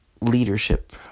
Leadership